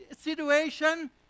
situation